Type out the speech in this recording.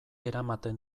eramaten